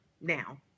now